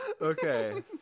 okay